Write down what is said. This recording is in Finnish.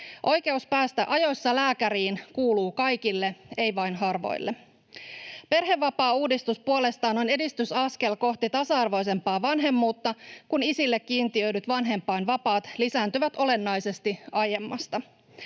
Oikeus päästä ajoissa lääkäriin kuuluu kaikille, ei vain harvoille. Perhevapaauudistus puolestaan on edistysaskel kohti tasa-arvoisempaa vanhemmuutta, kun isille kiintiöidyt vanhempainvapaat lisääntyvät olennaisesti aiemmasta.